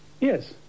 Yes